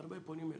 והרבה פונים אלי,